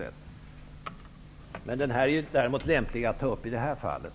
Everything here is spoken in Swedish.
Däremot är den lämplig att ta upp i det här fallet.